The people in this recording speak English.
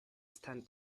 stand